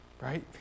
right